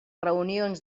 reunions